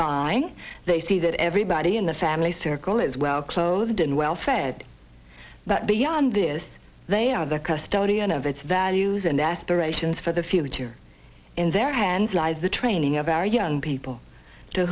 by they see that everybody in the family circle is well clothed and well fed but beyond this they are the custodian of its values and aspirations for the future in their hands lies the training of our young people to